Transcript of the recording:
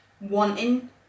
wanting